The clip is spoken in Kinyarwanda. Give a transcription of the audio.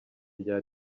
rya